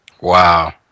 Wow